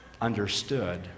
understood